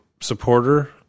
supporter